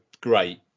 great